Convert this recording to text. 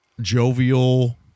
jovial